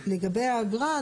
ולגבי האגרה,